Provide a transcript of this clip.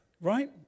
Right